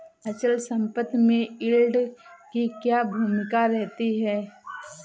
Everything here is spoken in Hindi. अचल संपत्ति में यील्ड की क्या भूमिका रहती है?